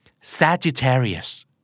Sagittarius